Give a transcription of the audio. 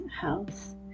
health